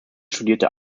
studierte